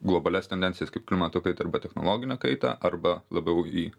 globalias tendencijas kaip klimato kaitą arba technologinę kaitą arba labiau į